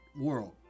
world